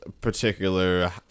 particular